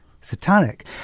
satanic